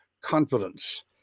confidence